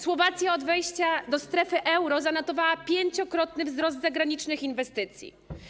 Słowacja od wejścia do strefy euro zanotowała pięciokrotny wzrost zagranicznych inwestycji.